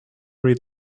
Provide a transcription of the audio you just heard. read